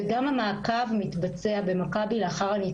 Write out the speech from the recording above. גם המעקב לאחר הניתוח מתבצע במכבי.